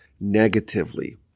negatively